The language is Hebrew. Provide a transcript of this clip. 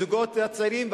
הזוגות הצעירים,